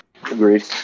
Agreed